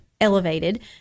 elevated